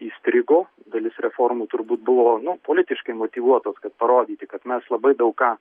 įstrigo dalis reformų turbūt buvo nu politiškai motyvuotos parodyti kad mes labai daug ką